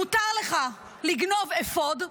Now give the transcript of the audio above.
מותר לך לגנוב אפוד,